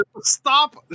Stop